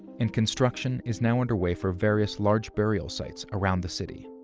and construction is now underway for various large burial sites around the city.